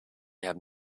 have